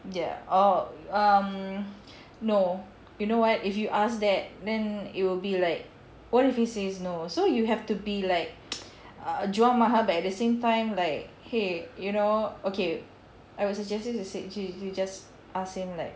ya or um no you know what if you ask that then it'll be like what if he says no so you have to be like err jual mahal but at the same time like !hey! you know okay I will suggest you to say just ask him like